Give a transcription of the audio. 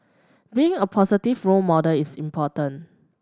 being a positive role model is important